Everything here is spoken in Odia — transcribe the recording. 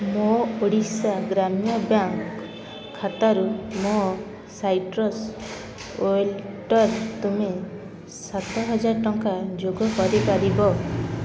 ମୋ ଓଡ଼ିଶା ଗ୍ରାମ୍ୟ ବ୍ୟାଙ୍କ୍ ଖାତାରୁ ମୋ ସାଇଟ୍ରସ୍ ୱାଲେଟରେ ତୁମେ ସାତହଜାର ଟଙ୍କା ଯୋଗ କରିପାରିବ